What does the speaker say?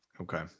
Okay